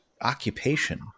occupation